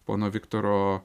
pono viktoro